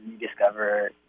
rediscover